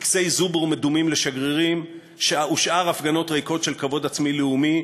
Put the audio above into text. טקסי זובור מדומים לשגרירים ושאר הפגנות ריקות של כבוד עצמי לאומי,